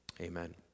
Amen